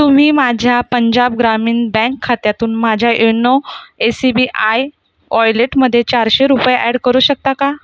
तुम्ही माझ्या पंजाब ग्रामीण बँक खात्यातून माझ्या एनो एसी बी आय ओयलेटमध्ये चारशे रुपये ॲड करू शकता का